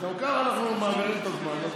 גם ככה אנחנו מעבירים את הזמן.